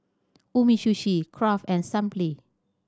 Umisushi Kraft and Sunplay